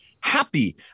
happy